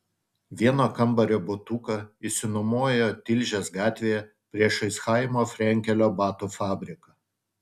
vieno kambario butuką išsinuomojo tilžės gatvėje priešais chaimo frenkelio batų fabriką